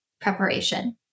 preparation